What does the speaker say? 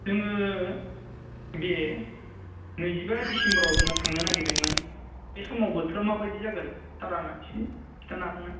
जोङो बे नैजिबा दिसेम्बराव जोङो थांनो नागिरदोंमोन बे समाव बोथोरा माबायदि जागोन सारानो एसे खिथानो हागोन ना